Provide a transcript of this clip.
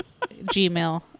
gmail